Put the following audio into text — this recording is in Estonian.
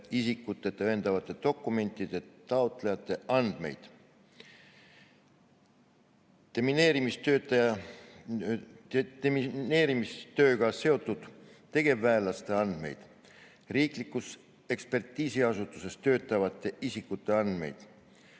isikut tõendavate dokumentide taotlejate andmeid, demineerimistööga seotud tegevväelaste andmeid, riiklikus ekspertiisiasutuses töötavate isikute andmeid,